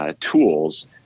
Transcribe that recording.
tools